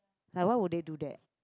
like why would they do that